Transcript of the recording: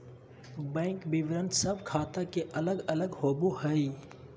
bank विवरण सब ख़ाता के अलग अलग होबो हइ